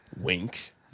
Wink